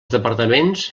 departaments